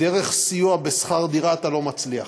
דרך סיוע בשכר-דירה, אתה לא מצליח.